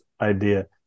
idea